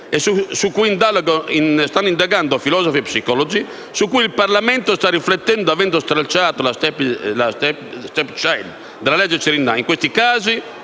e su cui stanno indagando filosofi e psicologi, su cui il Parlamento sta riflettendo, avendo stralciato la *stepchild adoption* dalla legge Cirinnà. In questi casi